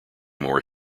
more